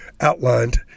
outlined